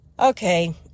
Okay